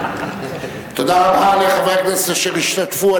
תודה רבה לחברי הכנסת אשר השתתפו.